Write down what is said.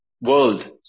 world